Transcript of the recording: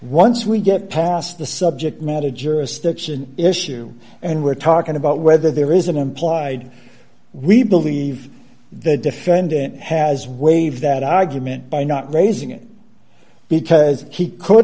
once we get past the subject matter jurisdiction issue and we're talking about whether there is an implied we believe the defendant has waived that argument by not raising it because he could